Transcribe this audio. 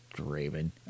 Raven